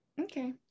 Okay